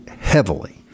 heavily